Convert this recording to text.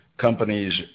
companies